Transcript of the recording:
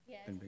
Yes